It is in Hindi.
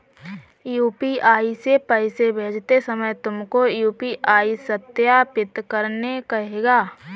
यू.पी.आई से पैसे भेजते समय तुमको यू.पी.आई सत्यापित करने कहेगा